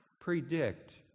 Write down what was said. predict